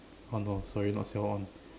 uh no sorry not siao on